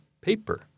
paper